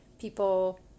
people